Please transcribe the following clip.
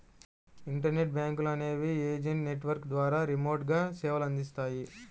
internet బ్యాంకులు అనేవి agent network ద్వారా రిమోట్గా సేవలనందిస్తాయి